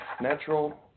natural